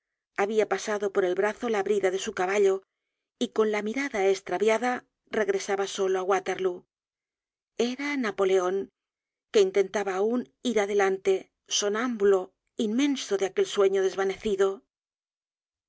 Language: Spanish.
habia pasado por el brazo la brida de su caballo y con la mirada estraviada regresaba solo á waterlóo era napoleon que intentaba aun ir adelante somnámbulo inmenso de aquel sueño desvanecido